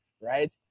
right